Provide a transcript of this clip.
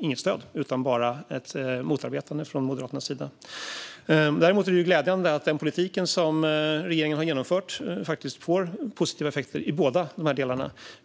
inget stöd utan bara ett motarbetande från Moderaternas sida. Däremot är det glädjande att den politik som regeringen har genomfört faktiskt får positiva effekter i båda dessa delar.